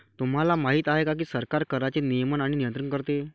तुम्हाला माहिती आहे का की सरकार कराचे नियमन आणि नियंत्रण करते